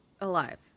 alive